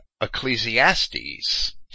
Ecclesiastes